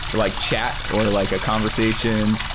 like chat or like a conversation,